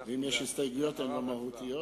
ואם יש הסתייגויות הן לא מהותיות.